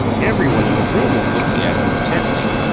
everyone in the room was looking at him intently,